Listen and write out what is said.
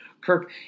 Kirk